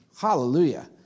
hallelujah